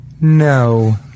No